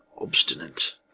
obstinate